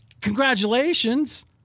Congratulations